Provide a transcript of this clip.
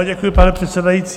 Děkuji, pane předsedající.